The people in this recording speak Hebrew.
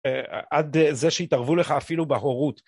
עד זה שיתערבו לך אפילו בהורות